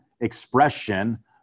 expression